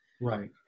Right